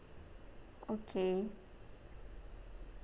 okay